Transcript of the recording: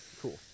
cool